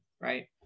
right